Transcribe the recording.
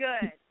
good